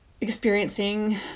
experiencing